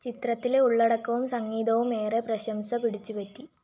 ചിത്രത്തിലെ ഉള്ളടക്കവും സംഗീതവും ഏറെ പ്രശംസ പിടിച്ചു പറ്റി